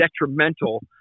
detrimental